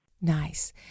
Nice